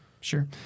Sure